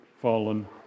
fallen